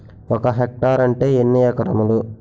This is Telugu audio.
ఒక హెక్టార్ అంటే ఎన్ని ఏకరములు?